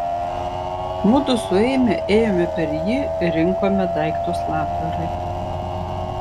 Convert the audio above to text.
mudu su eime ėjome per jį ir rinkome daiktus labdarai